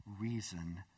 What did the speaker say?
reason